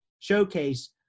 showcase